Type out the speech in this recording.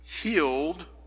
healed